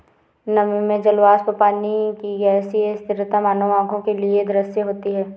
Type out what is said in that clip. नमी में जल वाष्प पानी की गैसीय स्थिति मानव आंखों के लिए अदृश्य होती है